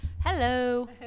Hello